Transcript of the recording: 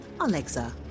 Alexa